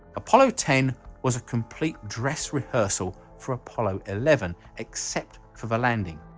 apollo ten was a complete dress rehearsal for apollo eleven except for the landing.